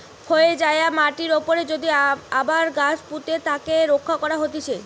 ক্ষয় যায়া মাটির উপরে যদি আবার গাছ পুঁতে তাকে রক্ষা করা হতিছে